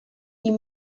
die